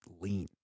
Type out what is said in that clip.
lean